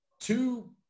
Two